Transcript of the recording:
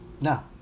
no